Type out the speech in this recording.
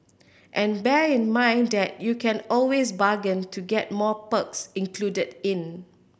and bear in mind that you can always bargain to get more perks included in